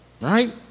Right